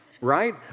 right